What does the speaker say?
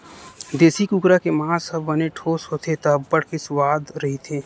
देसी कुकरा के मांस ह बने ठोस होथे त अब्बड़ के सुवाद रहिथे